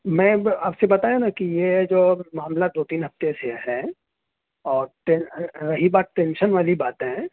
میں اب آپ سے بتایا نا کہ یہ جو معاملہ دو تین ہفتے سے ہے اور رہی بات ٹینشن والی باتیں